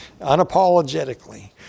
unapologetically